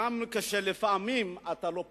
גם כשלפעמים אתה לא פופולרי.